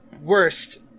worst